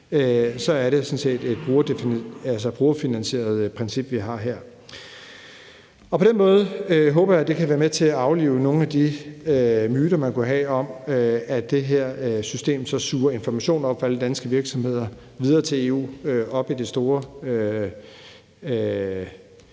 sådan set et brugerfinansieret princip, vi har. På den måde håber jeg, det kan være med til at aflive nogle af de myter, der kunne være, om, at det her system suger information op fra alle danske virksomheder og sender dem videre til EU og op i det store